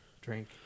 drink